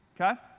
okay